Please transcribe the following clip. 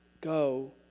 Go